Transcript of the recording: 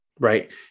right